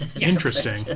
Interesting